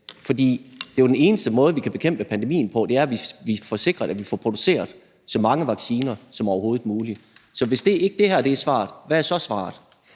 For det er jo den eneste måde, vi kan bekæmpe pandemien på, nemlig ved, at vi får sikret, at vi får produceret så mange vacciner som overhovedet muligt. Så hvis ikke det her er svaret, hvad er så svaret?